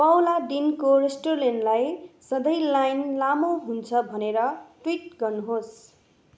पाउला डिनको रेस्टुरेन्टलाई सधैँ लाइन लामो हुन्छ भनेर ट्विट गर्नुहोस्